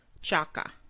Chaka